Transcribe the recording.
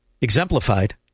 exemplified